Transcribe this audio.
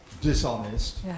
dishonest